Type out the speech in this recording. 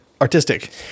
artistic